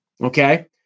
Okay